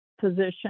position